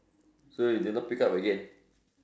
so you did not pick up again